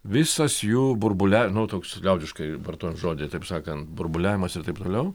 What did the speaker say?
visas jų burbule nu toks liaudiškai vartojam žodį taip sakant burbuliavimas ir taip toliau